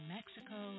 Mexico